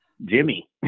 Jimmy